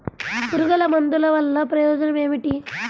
పురుగుల మందుల వల్ల ప్రయోజనం ఏమిటీ?